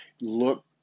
Look